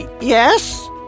yes